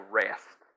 rest